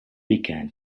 began